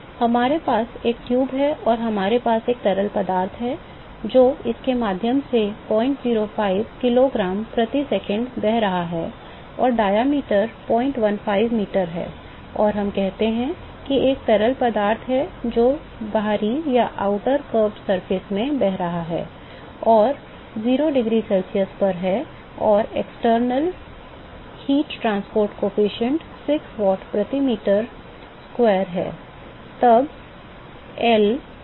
हमारे पास एक ट्यूब है और हमारे पास एक तरल पदार्थ है जो इसके माध्यम से 005 किलोग्राम प्रति सेकंड बह रहा है और व्यास 015 मीटर है और हम कहते हैं कि एक तरल पदार्थ है जो बाहरी घुमावदार सतह से बह रहा है और शून्य डिग्री सेल्सियस पर है और बाहरी ऊष्मा परिवहन गुणांक 6 वाट प्रति मीटर वर्ग केल्विन है